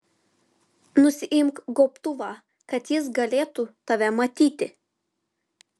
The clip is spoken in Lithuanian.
nusiimk gobtuvą kad jis galėtų tave matyti